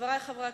חברי הכנסת,